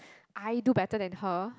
I do better than her